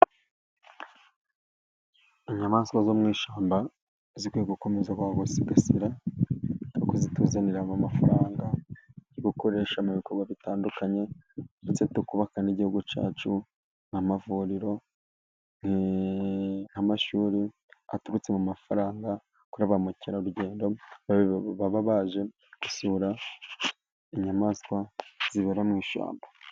Inyamaswa zo mu ishyamba zikwiye gukomeza kusigasirwa, kuko zituzanira amafaranga yo gukoresha mu bikorwa bitandukanye, ndetse tukubaka n'igihugu cyacu. Nk'amavuriro, nk'amashyuri aturutse mu mafaranga kuri ba mukerarugendo baba baje gusura inyamaswa zibera mu ishyamba.